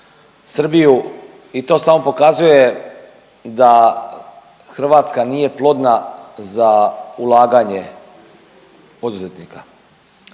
Srbiju i to samo pokazuje da Hrvatska nije plodna za ulaganje poduzetnika,